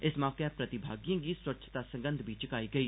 इस मौके प्रतिभागिएं गी स्वच्छता सगंध बी चुकाई गेई